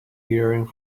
hearing